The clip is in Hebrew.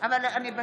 בעד מיכל שיר